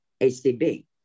ACB